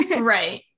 Right